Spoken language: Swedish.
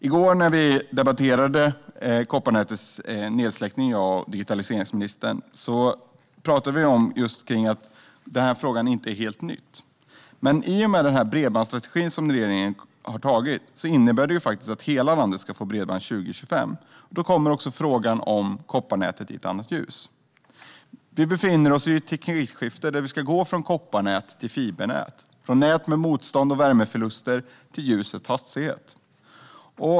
I går när jag och digitaliseringsministern debatterade kopparnätets nedsläckning pratade vi om att denna fråga inte är helt ny. Den bredbandsstrategi som regeringen har antagit innebär att hela landet ska få bredband 2025. Då kommer frågan om kopparnätet i ett annat ljus. Vi befinner oss i ett teknikskifte där vi ska gå från kopparnät till fibernät - från nät med motstånd och värmeförluster till ljusets hastighet.